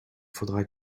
faudra